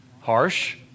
harsh